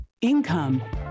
income